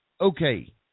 okay